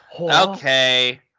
Okay